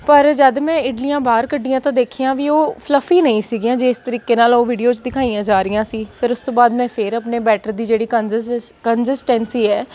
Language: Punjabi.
ਪਰ ਜਦ ਮੈਂ ਇਡਲੀਆਂ ਬਾਹਰ ਕੱਢੀਆਂ ਤਾਂ ਦੇਖੀਆਂ ਵੀ ਉਹ ਫਲੱਫੀ ਨਹੀਂ ਸੀਗੀਆਂ ਜਿਸ ਤਰੀਕੇ ਨਾਲ਼ ਉਹ ਵੀਡੀਓ 'ਚ ਦਿਖਾਈਆਂ ਜਾ ਰਹੀਆਂ ਸੀ ਫਿਰ ਉਸ ਤੋਂ ਬਾਅਦ ਮੈਂ ਫਿਰ ਆਪਣੇ ਬੈਟਰ ਦੀ ਜਿਹੜੀ ਕੰਜਸਸ ਕੰਸਿਸਟੈਂਸੀ ਹੈ